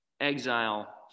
exile